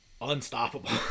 unstoppable